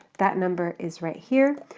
that number is right here,